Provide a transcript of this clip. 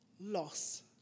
loss